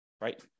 right